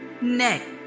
neck